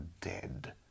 dead